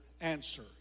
answer